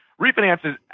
refinances